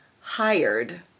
hired